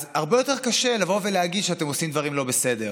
אז הרבה יותר קשה לבוא ולהגיד שאתם עושים דברים לא בסדר.